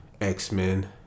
X-Men